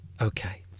okay